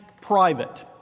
private